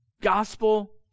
gospel